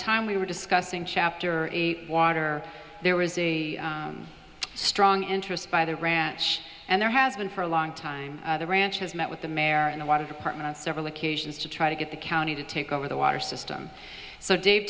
time we were discussing chapter eight water there was a strong interest by the ranch and there has been for a long time the ranch has met with the mayor in a lot of apartment on several occasions to try to get the county to take over the water system so d